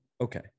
okay